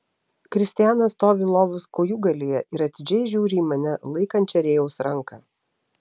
kristijanas stovi lovos kojūgalyje ir atidžiai žiūri į mane laikančią rėjaus ranką